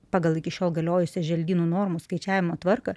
pagal iki šiol galiojusią želdynų normų skaičiavimo tvarką